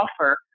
offer